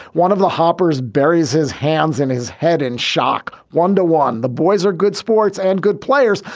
one of the hoppers buries his hands in his head in shock one to one. the boys are good sports and good players,